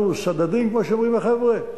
אנחנו "סדדים", כמו שאומרים החבר'ה?